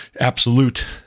absolute